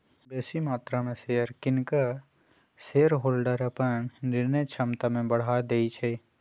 बेशी मत्रा में शेयर किन कऽ शेरहोल्डर अप्पन निर्णय क्षमता में बढ़ा देइ छै